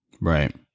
Right